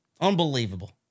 Unbelievable